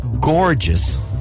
Gorgeous